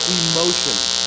emotions